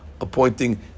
appointing